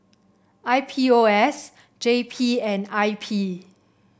I P O S J P and I P